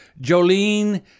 Jolene